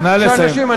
לסיים, נא לסיים.